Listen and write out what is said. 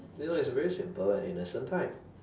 you know it's a very simple and innocent time